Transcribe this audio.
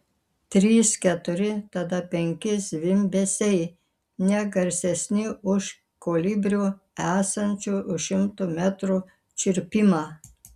trys keturi tada penki zvimbesiai ne garsesni už kolibrio esančio už šimto metrų čirpimą